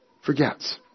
forgets